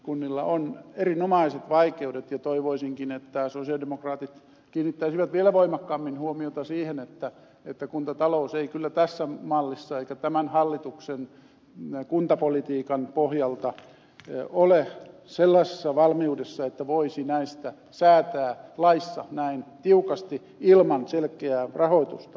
kunnilla on erinomaiset vaikeudet ja toivoisinkin että sosialidemokraatit kiinnittäisivät vielä voimakkaammin huomiota siihen että kuntatalous ei kyllä tässä mallissa eikä tämän hallituksen kuntapolitiikan pohjalta ole sellaisessa valmiudessa että voisi näistä säätää laissa näin tiukasti ilman selkeää rahoitusta